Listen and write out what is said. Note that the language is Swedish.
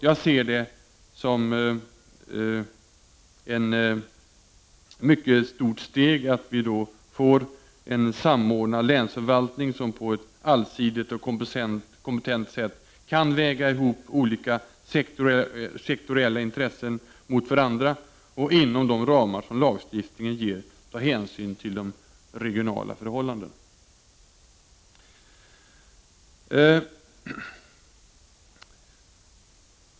Jag ser det som ett mycket stort steg att vi får en samordnad länsförvaltning som på ett allsidigt och kompetent sätt kan väga ihop olika sektoriella intressen och, inom de ramar som lagstiftningen ger, ta hänsyn till regionala förhållanden.